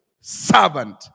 servant